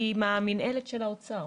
המנהלת של האוצר